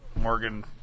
Morgan